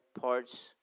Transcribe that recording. parts